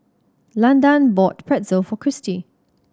Landan bought Pretzel for Christi